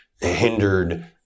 hindered